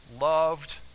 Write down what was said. loved